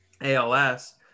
ALS